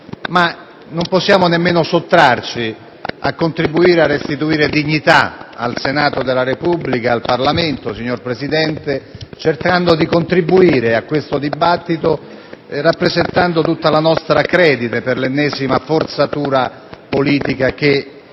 Non possiamo però nemmeno sottrarci dal contribuire a restituire dignità al Senato della Repubblica e al Parlamento, signor Presidente, intervenendo in questo dibattito per rappresentare tutta la nostra acredine per l'ennesima forzatura politica che